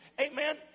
Amen